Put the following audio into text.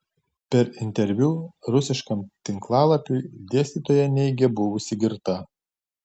per interviu rusiškam tinklalapiui dėstytoja neigė buvusi girta